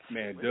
Man